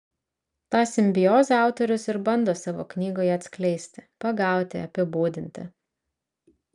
tą simbiozę autorius ir bando savo knygoje atskleisti pagauti apibūdinti